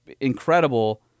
incredible